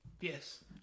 Yes